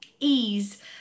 ease